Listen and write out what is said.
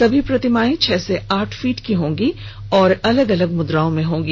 सभी प्रतिमाएं छह से आठ फीट ऊंची और अलग अलग मुद्राओं में होंगी